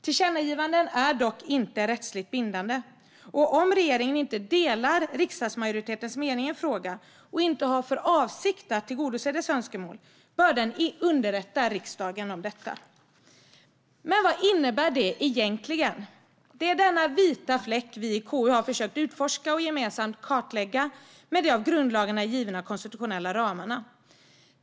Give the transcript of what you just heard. Tillkännagivanden är dock inte rättsligt bindande, och om regeringen inte delar riksdagsmajoritetens mening i en fråga och inte har för avsikt att tillgodose dess önskemål bör regeringen underrätta riksdagen om detta. Vad innebär detta egentligen? Denna vita fläck har vi i KU försökt att utforska och gemensamt kartlägga med de av grundlagarna givna konstitutionella ramarna.